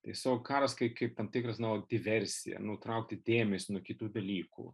tiesiog karas kaip kaip tam tikras nu diversija nutraukti dėmesį nuo kitų dalykų